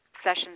sessions